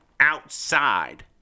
outside